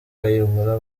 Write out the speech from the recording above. kayihura